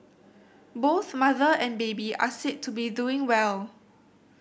both mother and baby are said to be doing well